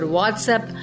WhatsApp